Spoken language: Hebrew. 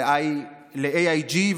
ל-AIG,